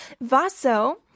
Vaso